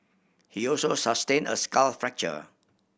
he also sustained a skull fracture